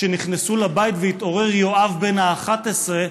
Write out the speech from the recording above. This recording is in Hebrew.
כשנכנסו לבית והתעורר יואב בן ה-11,